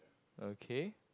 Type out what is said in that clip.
okay